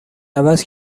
عوض